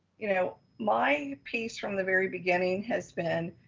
you know my piece from the very beginning has been,